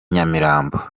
nyamirambo